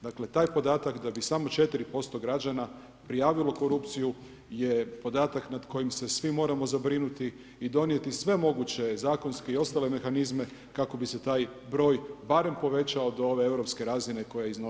Dakle taj podatak da bi samo 4% građana prijavilo korupciju je podatak nad kojim se svi moramo zabrinuti i donijeti sve moguće zakonske i ostale mehanizme kako bi se taj broj barem povećao do ove europske razine koja iznosi 18%